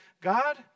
God